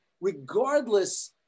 regardless